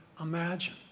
imagine